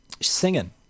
Singing